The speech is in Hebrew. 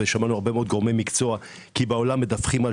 ושמענו הרבה מאוד גורמי מקצוע כי בעולם מדווחים על